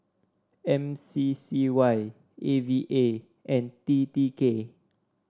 M C C Y A V A and T T K